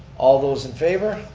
all those in favor?